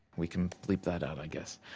we can bleep that out i guess.